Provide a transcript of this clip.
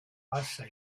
pasha